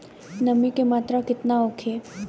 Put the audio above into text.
नमी के मात्रा केतना होखे?